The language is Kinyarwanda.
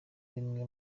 rimwe